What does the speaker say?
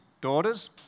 daughters